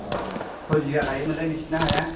आह खय बिगा गायोमोनलाय नोंसिना हाया